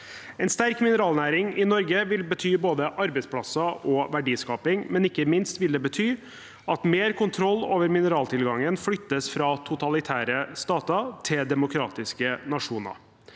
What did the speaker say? En sterk mineralnæring i Norge vil bety både arbeidsplasser og verdiskaping, men ikke minst vil det bety at mer kontroll over mineraltilgangen flyttes fra totalitære stater til demokratiske nasjoner.